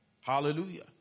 Hallelujah